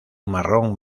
marrón